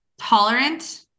tolerant